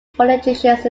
politicians